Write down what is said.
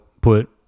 put